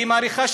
מאריכה,